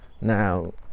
now